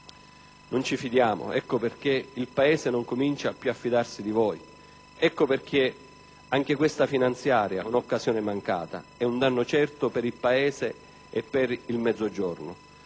non ci fidiamo, ecco perché il Paese comincia a non fidarsi più di voi; ecco perché anche questa finanziaria è un'occasione mancata, un danno certo per il Paese e per il Mezzogiorno.